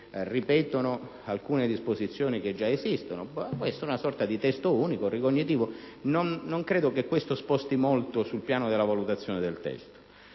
ripetono disposizioni che già esistono. È una sorta di testo unico ricognitivo, ma non credo che questo sposti molto sul piano della valutazione del testo.